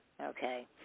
okay